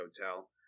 Hotel